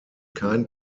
kein